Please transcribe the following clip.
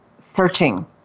searching